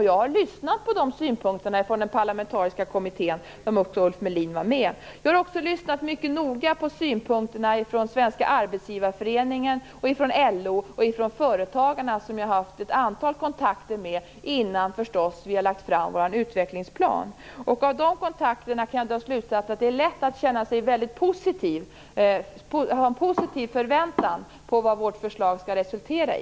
Jag har lyssnat på synpunkterna från den parlamentariska kommittén, där också Ulf Melin var med. Jag har också lyssnat mycket noga på synpunkterna från Svenska arbetsgivarföreningen, LO och företagarna som jag har haft ett antal kontakter med innan vi lagt fram vår utvecklingsplan. Av de kontakterna kan jag dra slutsatsen att det är lätt att känna sig väldigt positiv och ha en positiv förväntan på vad vårt förslag skall resultera i.